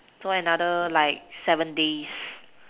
so another like seven days